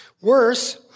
Worse